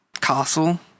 castle